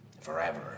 Forever